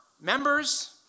members